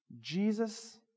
Jesus